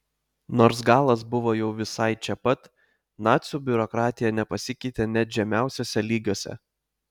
nors galas buvo jau visai čia pat nacių biurokratija nepasikeitė net žemiausiuose lygiuose